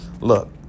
Look